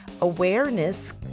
awareness